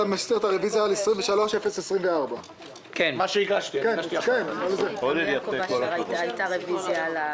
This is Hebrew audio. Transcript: אתה מסיר את הרוויזיה על בקשה מס' 23-024. אני מודה לך על התשובה.